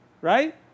Right